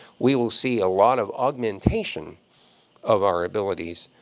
we will see a lot of augmentation of our abilities,